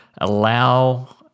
allow